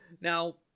Now